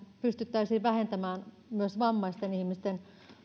pystyttäisiin vähentämään myös vammaisten ihmisten